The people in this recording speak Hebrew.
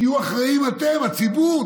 תהיו אחראים אתם, הציבור.